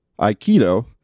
Aikido